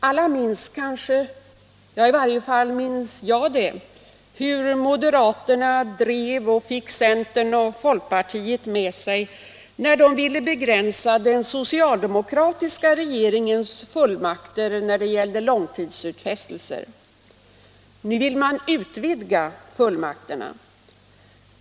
Alla minns kanske — i varje fall gör jag det — hur moderaterna drev på och fick centern och folkpartiet med sig när de ville begränsa den socialdemokratiska regeringens fullmakter när det gällde långtidsutfästelser. Nu vill regeringen utvidga fullmakterna.